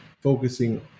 focusing